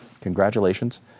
congratulations